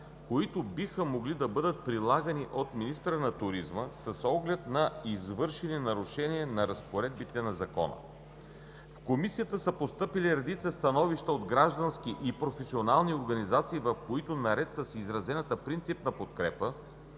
които биха могли да бъдат прилагани от министъра на туризма с оглед на извършени нарушения на разпоредбите на Закона. В Комисията са постъпили редица становища от граждански и професионални организации, в които, наред с изразената принципна подкрепа,